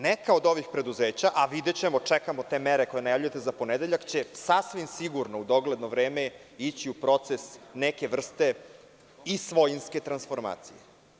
Neka od ovih preduzeća, a videćemo, čekamo te mere koje najavljujete za ponedeljak, će sasvim sigurno u dogledno vreme ići u proces neke vrste i svojinske transformacije.